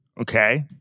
okay